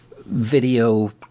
video